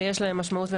ויש להן משמעות,